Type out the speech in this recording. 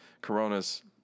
Corona's